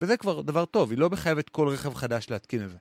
וזה כבר דבר טוב, היא לא מחייבת כל רכב חדש להתקין לזה.